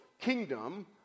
kingdom